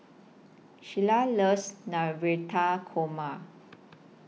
Shyla loves Navratan Korma